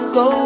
go